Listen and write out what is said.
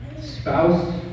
spouse